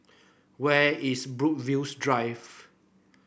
where is Brookvale Drive